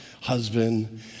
husband